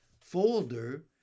folder